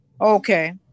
Okay